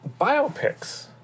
biopics